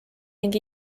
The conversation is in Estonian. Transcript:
ning